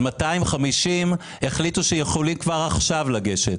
ש-250 יכולים כבר עכשיו לגשת.